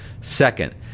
Second